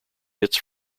hits